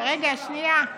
הצעת חוק שלך.